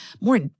more